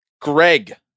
Greg